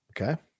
Okay